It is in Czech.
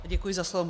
Děkuji za slovo.